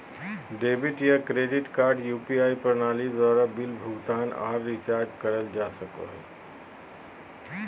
debit या credit card UPI प्रणाली द्वारा बिल भुगतान आर रिचार्ज करल जा सको हय